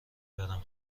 برم